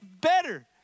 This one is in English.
better